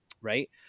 Right